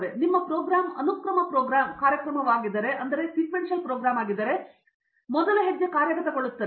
ಆದ್ದರಿಂದ ನಿಮ್ಮ ಪ್ರೊಗ್ರಾಮ್ ಅನುಕ್ರಮ ಕಾರ್ಯಕ್ರಮವಾಗಿದ್ದರೆ ಮೊದಲ ಹೆಜ್ಜೆ ಕಾರ್ಯಗತಗೊಳ್ಳುತ್ತದೆ